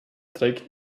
trägt